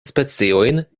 speciojn